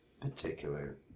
particular